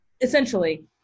essentially